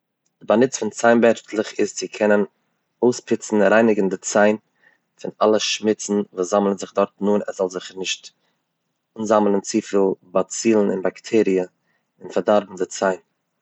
די באנוץ פון ציין בערשטליך איז צו קענען אויספיצן און רייניגן די ציין פון אלע שמוצן וואס זאמלען זיך דארטן אן, עס זאל זיך נישט אנזאמלען צופיל באצילן און באקטעריע, און פארדארבן די ציין.